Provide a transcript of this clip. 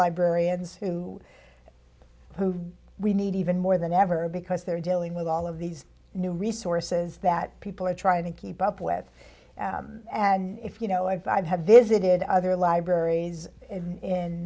librarians who who we need even more than ever because they're dealing with all of these new resources that people are trying to keep up with and if you know i'd have visited other libraries in